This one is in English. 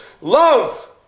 love